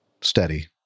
steady